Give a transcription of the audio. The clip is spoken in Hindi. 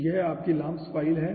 तो यह आपकी LAMMPS फ़ाइल है